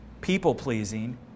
people-pleasing